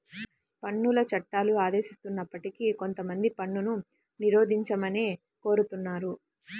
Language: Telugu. పన్నుల చట్టాలు ఆదేశిస్తున్నప్పటికీ కొంతమంది పన్నును నిరోధించమనే కోరుతున్నారు